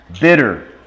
Bitter